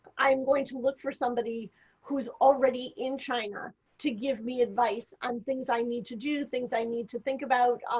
i am going to look for somebody who is already in china to give me advice on things i need to do, things i need to think about,